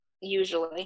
usually